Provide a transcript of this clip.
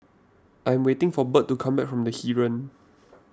I am waiting for Bert to come back from the Heeren